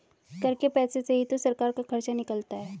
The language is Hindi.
कर के पैसे से ही तो सरकार का खर्चा निकलता है